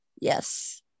Yes